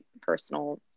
personal